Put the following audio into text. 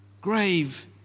grave